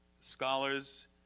scholars